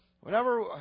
whenever